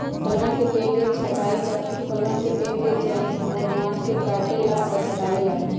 फलवन के पेड़ के छंटाई फलवन के पेड़ के चयनित भागवन के काटे ला और हटावे ला हई